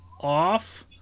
off